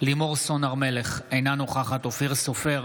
לימור סון הר מלך, אינה נוכחת אופיר סופר,